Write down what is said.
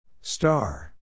Star